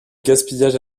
gaspillage